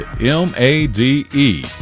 M-A-D-E